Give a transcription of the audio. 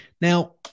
now